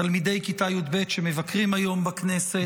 תלמידי כיתה י"ב שמבקרים היום בכנסת.